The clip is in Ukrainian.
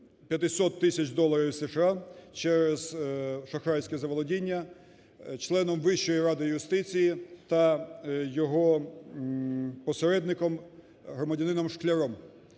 500 тисяч доларів США через шахрайське заволодіння членом Вищої ради юстиції та його посередником громадянином Шкляром.